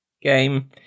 Game